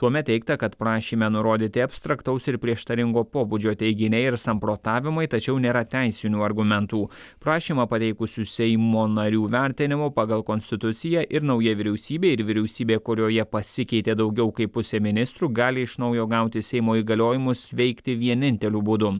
tuomet teigta kad prašyme nurodyti abstraktaus ir prieštaringo pobūdžio teiginiai ir samprotavimai tačiau nėra teisinių argumentų prašymą pateikusių seimo narių vertinimu pagal konstituciją ir naujai vyriausybei ir vyriausybė kurioje pasikeitė daugiau kaip pusė ministrų gali iš naujo gauti seimo įgaliojimus veikti vieninteliu būdu